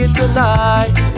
tonight